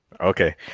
Okay